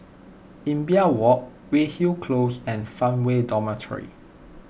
Imbiah Walk Weyhill Close and Farmway Dormitory